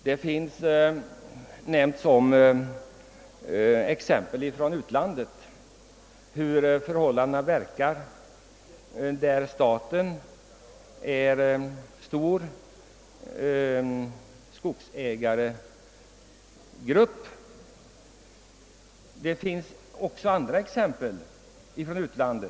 Det har anförts exempel från utlandet på hur förhållandena ter sig där staten är en stor skogsägare. Man kan också hämta andra exempel från utlandet.